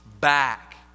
back